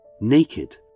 naked